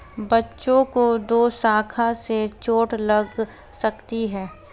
बच्चों को दोशाखा से चोट लग सकती है